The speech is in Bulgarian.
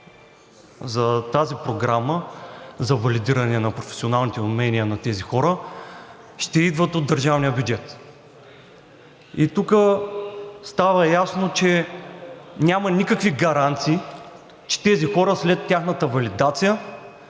за тази програма за валидиране на професионалните умения на тези хора ще идват от държавния бюджет. Тук става ясно, че няма никакви гаранции, че тези хора след тяхната валидация